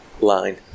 line